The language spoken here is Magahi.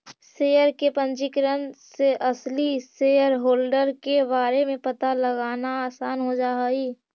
शेयर के पंजीकरण से असली शेयरहोल्डर के बारे में पता लगाना आसान हो जा हई